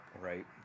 Right